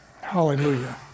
Hallelujah